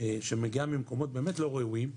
שמגיעה ממקומות באמת לא ראויים,